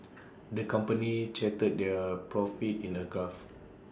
the company charted their profits in A graph